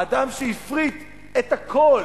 האדם שהפריט את הכול